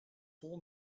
vol